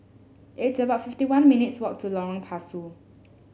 it's about fifty one minutes walk to Lorong Pasu